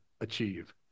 achieve